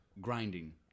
Grinding